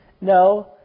No